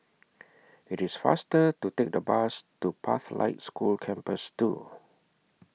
IT IS faster to Take The Bus to Pathlight School Campus two